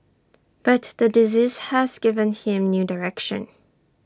but the disease has given him new direction